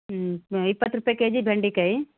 ಹ್ಞೂ ಇಪ್ಪತ್ತು ರೂಪಾಯಿ ಕೆಜಿ ಬೆಂಡೆಕಾಯಿ